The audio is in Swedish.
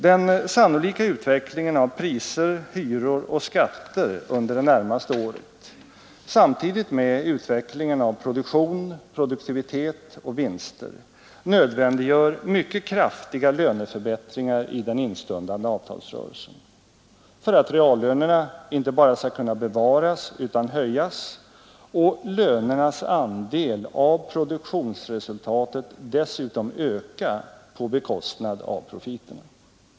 Den sannolika utvecklingen av priser, hyror och skatter under det närmaste året, samtidigt med utvecklingen av produktion, produktivitet och vinster, nödvändiggör mycket kraftiga löneförbättringar i den instundande avtalsrörelsen för att reallönerna inte bara skall kunna bevaras utan höjas och lönernas andel av produktionsresultatet dessutom öka på bekostnad av profiterna.